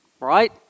Right